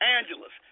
Angeles